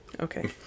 okay